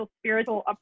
spiritual